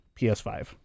PS5